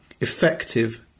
effective